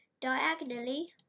diagonally